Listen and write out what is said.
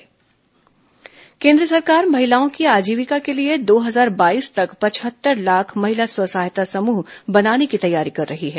केन्द्र स्व सहायता समूह केन्द्र सरकार महिलाओं की आजीविका के लिए दो हजार बाईस तक पचहत्तर लाख महिला स्व सहायता समूह बनाने की तैयारी कर रही है